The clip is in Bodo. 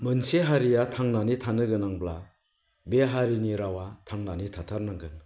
मोनसे हारिया थांनानै थानो गोनांब्ला बे हारिनि रावा थांनानै थाथारनांगोन